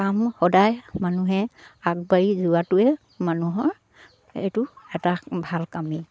কাম সদায় মানুহে আগবাঢ়ি যোৱাটোৱে মানুহৰ এইটো এটা ভাল কামেই